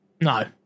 No